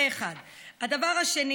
זה, 1. הדבר השני,